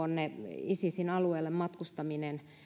isisin alueelle matkustaminen